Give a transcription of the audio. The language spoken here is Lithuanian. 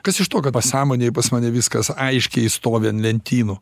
kas iš to kad pasąmonėj pas mane viskas aiškiai stovi an lentynų